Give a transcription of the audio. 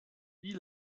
wie